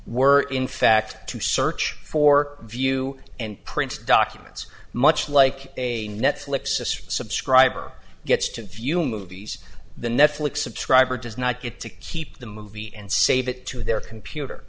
were in fact to search for view and prints documents much like a netflix subscriber gets to view movies the netflix subscriber does not get to keep the movie and save it to their computer